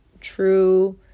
true